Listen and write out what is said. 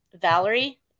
Valerie